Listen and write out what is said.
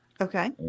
Okay